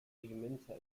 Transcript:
regimenter